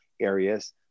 areas